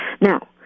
Now